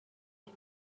کفش